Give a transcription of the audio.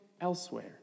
elsewhere